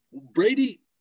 Brady